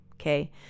Okay